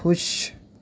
خوش